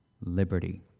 liberty